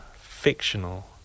fictional